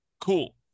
Cool